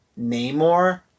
Namor